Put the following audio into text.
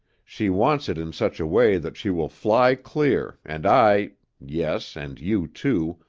she wants it in such a way that she will fly clear and i yes, and you, too,